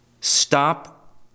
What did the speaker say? Stop